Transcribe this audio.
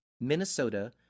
Minnesota